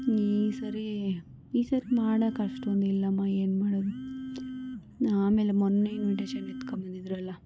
ಈ ಸರಿ ಈ ಸರಿ ಮಾಡೋಕ್ಕೆ ಅಷ್ಟೊಂದೆಲ್ಲಮ್ಮ ಏನು ಮಾಡೋದು ಆಮೇಲೆ ಮೊನ್ನೆ ಇನ್ವಿಟೇಷನ್ ಎತ್ಕೊಂಬಂದಿದ್ರಲ್ಲ